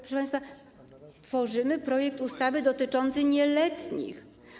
Proszę państwa, tworzymy projekt ustawy dotyczącej nieletnich.